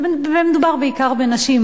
מדובר בעיקר בנשים,